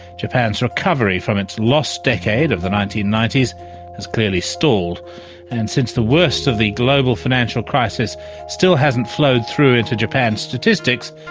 japan's recovery from its lost decade of the nineteen ninety s has clearly stalled and since the worst of the global financial crisis still hasn't flowed through into japan's statistics,